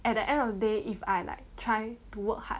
at the end of the day if I like try to work hard